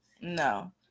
No